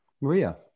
Maria